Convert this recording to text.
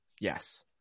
yes